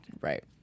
Right